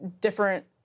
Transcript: different